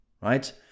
right